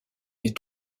des